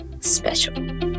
special